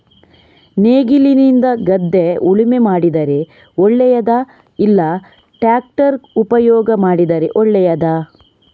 ನೇಗಿಲಿನಿಂದ ಗದ್ದೆ ಉಳುಮೆ ಮಾಡಿದರೆ ಒಳ್ಳೆಯದಾ ಇಲ್ಲ ಟ್ರ್ಯಾಕ್ಟರ್ ಉಪಯೋಗ ಮಾಡಿದರೆ ಒಳ್ಳೆಯದಾ?